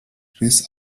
chris